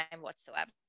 whatsoever